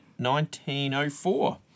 1904